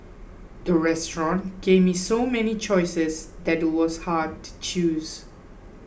the restaurant gave me so many choices that it was hard to choose